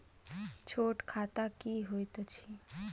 छोट खाता की होइत अछि